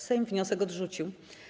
Sejm wniosek odrzucił.